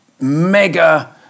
mega